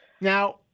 Now